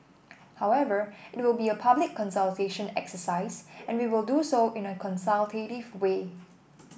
however it will be a public consultation exercise and we will do so in a consultative way